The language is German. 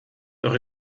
eure